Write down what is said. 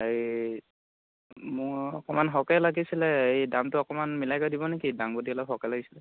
হেৰি মোক অকণমান সৰহকৈয়ে লাগিছিলে এই দামটো অকণমান মিলাই কৰি দিব নে কি দাংবদী অলপ সৰহকৈয়ে লাগিছিলে